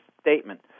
statement